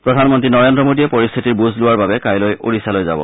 প্ৰধানমন্ত্ৰী নৰেন্দ্ৰ মোডীয়ে পৰিস্থিতিৰ বুজ লোৱাৰ বাবে কাইলৈ ওড়িশালৈ আহিব